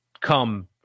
come